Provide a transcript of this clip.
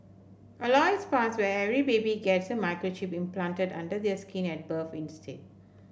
a law is passed where every baby gets a microchip implanted under their skin at birth instead